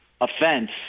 offense